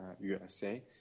USA